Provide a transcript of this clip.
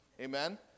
Amen